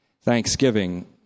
thanksgiving